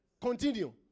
Continue